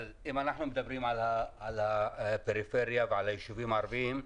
אם אנחנו מדברים על הפריפריה ועל היישובים הערביים,